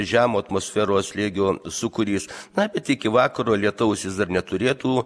žemo atmosferos slėgio sūkurys na bet iki vakaro lietaus jis dar neturėtų